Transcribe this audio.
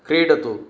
क्रीडतु